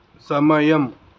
సమయం